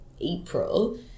April